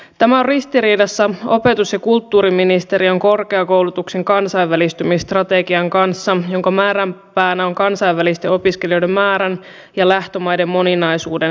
tämä on ristiriidassa opetus ja kulttuuriministeriön korkeakoulutuksen kansainvälistymisstrategian kanssa jonka määränpäänä on kansainvälisten opiskelijoiden määrän ja lähtömaiden moninaisuuden lisääminen